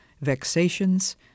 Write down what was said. vexations